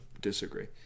disagree